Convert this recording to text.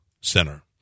Center